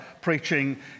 preaching